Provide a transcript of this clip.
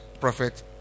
Prophet